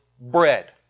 bread